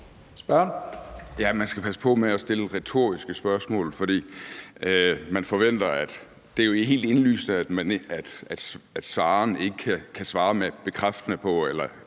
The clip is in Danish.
Man skal passe på med at stille retoriske spørgsmål. For man forventer, at det jo er helt indlysende,